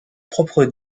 propres